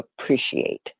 appreciate